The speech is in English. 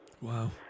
wow